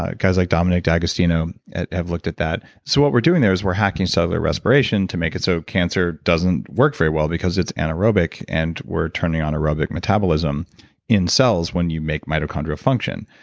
ah guys like dominic d'agostino have looked at that so what we're doing there, is we're hacking cellular respiration to make it so cancer doesn't work very well, because it's anaerobic, and we're turning on aerobic metabolism in cells when you make mitochondria function.